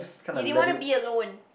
you didn't want to be alone